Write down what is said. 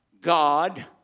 God